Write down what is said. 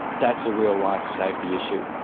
that's a real life safety issue.